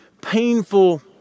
painful